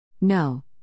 No